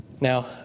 Now